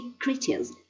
creatures